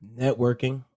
networking